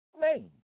name